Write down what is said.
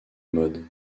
mode